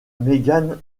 megan